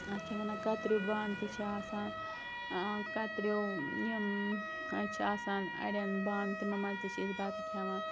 اَتھ کیٛاہ وَنان کَتریو بانہٕ تہِ چھِ آسان کَتریو یِم حظ چھِ آسان اَڑٮ۪ن بانہٕ تِمَن مَنٛز تہِ چھِ أسۍ بَتہٕ کھٮ۪وان